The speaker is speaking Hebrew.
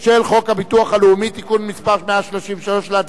הביטוח הלאומי (תיקון מס' 133). להצביע.